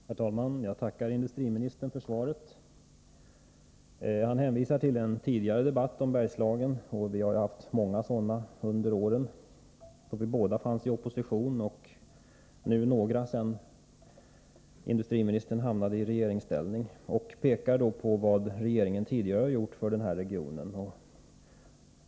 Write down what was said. Herr talman! Jag tackar industriministern för svaret. Industriministern hänvisar till en tidigare debatt om Bergslagen. Under de år då vi båda befann oss i oppositionsställning var det flera sådana debatter, och det har också förekommit några debatter efter det att Thage Peterson kom in i regeringen. Industriministern pekar på vad regeringen tidigare gjort för den här regionen.